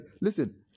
listen